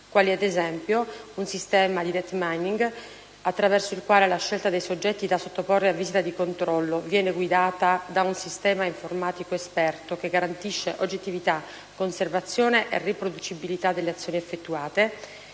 quali ad esempio un sistema di *data mining*, attraverso il quale la scelta dei soggetti da sottoporre a visita di controllo viene guidata da un sistema informatico esperto, che garantisce oggettività, conservazione e riproducibilità delle azioni effettuate.